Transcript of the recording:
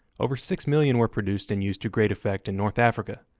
over six million were produced and used to great effect in north africa,